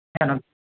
madam